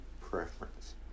preference